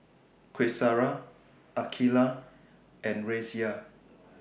Qaisara Aqilah and Raisya